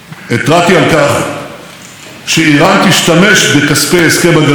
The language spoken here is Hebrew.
לפתוח חזיתות מלחמה חדשות ברחבי המזרח התיכון.